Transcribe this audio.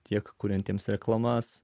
tiek kuriantiems reklamas